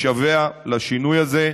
משווע לשינוי הזה.